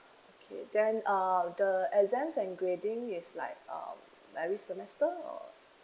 okay then err the exams and grading is like um every semester or